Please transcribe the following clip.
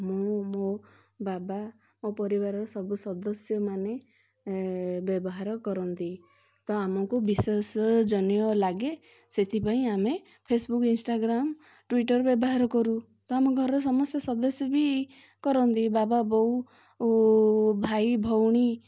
ମୁଁ ମୋ ବାବା ମୋ ପରିବାରର ସବୁ ସଦସ୍ୟ ମାନେ ବ୍ୟବହାର କରନ୍ତି ତ ଆମକୁ ବିଶ୍ଵାସଜନୀୟ ଲାଗେ ସେଥିପାଇଁ ଆମେ ଫେସବୁକ୍ ଇନଷ୍ଟାଗ୍ରାମ୍ ଟୁଇଟର୍ ବ୍ୟବହାର କରୁ ତ ଆମ ଘରର ସମସ୍ତେ ସଦସ୍ୟ ବି କରନ୍ତି ବାବା ବୋଉ ଓ ଭାଇ ଭଉଣୀ